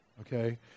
Okay